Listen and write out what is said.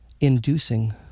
inducing